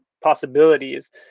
possibilities